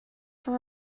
from